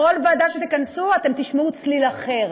בכל ועדה שתכנסו תשמעו צליל אחר,